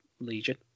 Legion